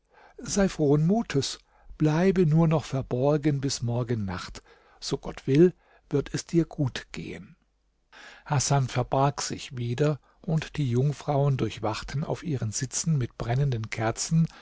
sei frohen mutes bleibe nur noch verborgen bis morgen nacht so gott will wird es dir gut gehen hasan verbarg sich wieder und die jungfrauen durchwachten auf ihren sitzen mit brennenden kerzen